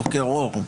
בוקר אור.